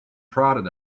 prodded